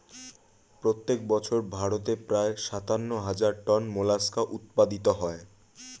প্রত্যেক বছর ভারতে প্রায় সাতান্ন হাজার টন মোলাস্কা উৎপাদিত হয়